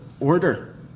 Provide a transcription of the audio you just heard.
order